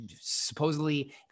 supposedly